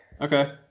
Okay